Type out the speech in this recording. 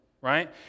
Right